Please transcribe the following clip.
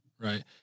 Right